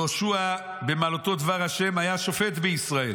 יהושע במלאותו דבר השם היה שופט בישראל"